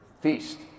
Feast